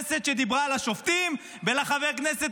ולחברת הכנסת שדיברה על השופטים ולחבר הכנסת